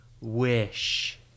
wish